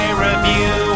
review